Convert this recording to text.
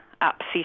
upset